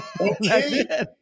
Okay